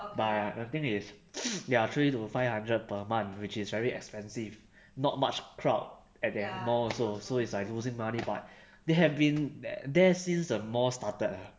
but ya the thing is ya three to five hundred per month which is very expensive not much crowd at that mall also so it's like losing money but they have been th~ there since the more started lah